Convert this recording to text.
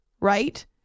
right